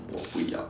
我不要